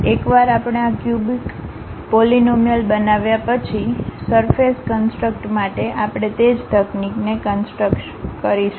એકવાર આપણે આ ક્યુબિક પોલીનોમીઅલ બનાવ્યા પછી પછી સરફેસ કન્સટ્રક્ માટે આપણે તે જ તકનીકને કન્સટ્રક્શ કરીશું